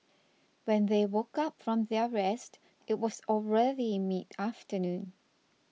when they woke up from their rest it was already midafternoon